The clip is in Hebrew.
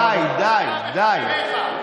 די, די, די.